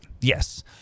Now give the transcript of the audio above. Yes